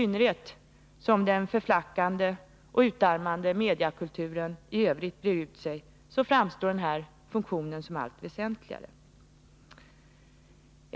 När den förflackande och utarmande mediakulturen i övrigt brer ut sig, framstår denna funktion som allt väsentligare.